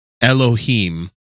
Elohim